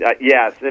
yes